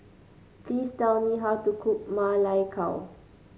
please tell me how to cook Ma Lai Gao